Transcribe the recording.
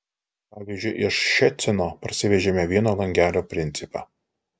pavyzdžiui iš ščecino parsivežėme vieno langelio principą